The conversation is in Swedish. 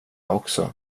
också